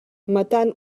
matant